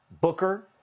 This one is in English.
Booker